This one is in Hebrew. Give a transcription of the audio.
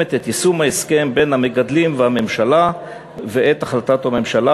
מקדמת את יישום ההסכם בין המגדלים לממשלה ואת החלטת הממשלה